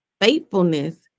faithfulness